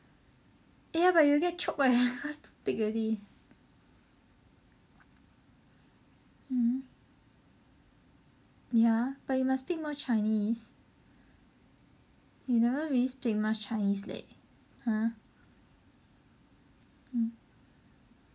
eh ya but you get choked leh cause too thick already mm ya but you must speak more chinese you never really speak much chinese leh !huh! mm